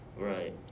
Right